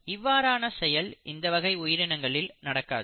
இவ்வாறான செயல் இந்த வகை உயிரினங்களில் நடக்காது